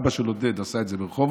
אבא של עודד עשה את זה ברחובות,